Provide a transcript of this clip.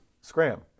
scram